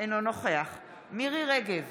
אינו נוכח מירי מרים רגב,